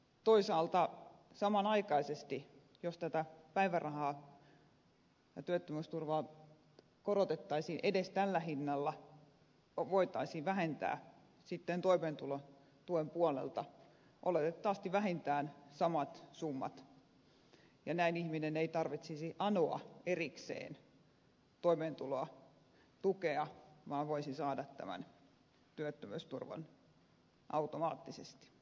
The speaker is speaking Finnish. toisaalta samanaikaisesti jos tätä päivärahaa ja työttömyysturvaa korotettaisiin edes tällä hinnalla voitaisiin vähentää sitten toimeentulotuen puolelta oletettavasti vähintään samat summat ja näin ihmisen ei tarvitsisi anoa erikseen toimeentulotukea vaan voisi saada tämän työttömyysturvan automaattisesti